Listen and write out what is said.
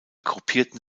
gruppierten